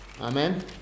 Amen